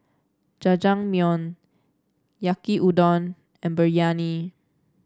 Jajangmyeon Yaki Udon and Biryani